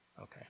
Okay